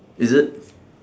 is it